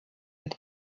mit